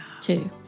two